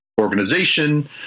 organization